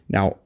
Now